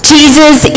Jesus